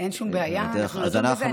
אין שום בעיה, אנחנו נדון בזה.